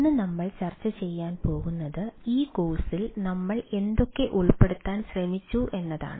ഇന്ന് നമ്മൾ ചർച്ച ചെയ്യാൻ പോകുന്നത് ഈ കോഴ്സിൽ നമ്മൾ എന്തൊക്കെ ഉൾപ്പെടുത്താൻ ശ്രമിച്ചു എന്നതാണ്